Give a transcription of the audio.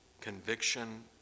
conviction